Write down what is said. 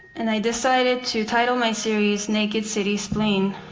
and i decided to title my series naked city spleen,